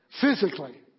physically